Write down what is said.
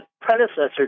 predecessor